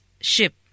ship